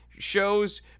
shows